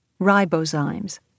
Ribozymes